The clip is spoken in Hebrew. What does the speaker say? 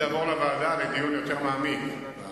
לוועדה לדיון יותר מעמיק.